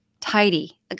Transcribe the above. tidy